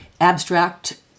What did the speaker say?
Abstract